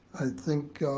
think,